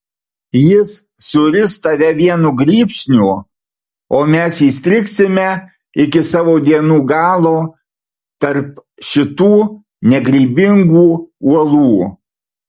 jis suris tave vienu grybšniu o mes įstrigsime iki savo dienų galo tarp šitų negrybingų uolų